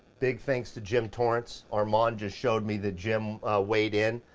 big thanks to jim torrence. armand just showed me that jim weighed in.